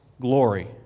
glory